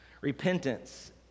Repentance